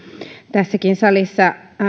tässäkin salissa